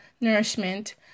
nourishment